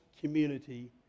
community